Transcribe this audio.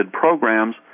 programs